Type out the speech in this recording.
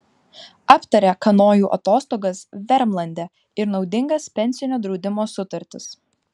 aptarė kanojų atostogas vermlande ir naudingas pensinio draudimo sutartis